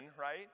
right